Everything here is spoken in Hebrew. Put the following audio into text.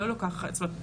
זאת אומרת,